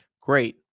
Great